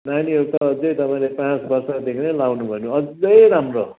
नानीहरू त अझ्झै तपाईँले पाँच बर्षदेखि नै लाउनु भयो भने अझै राम्रो